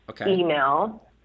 email